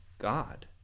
God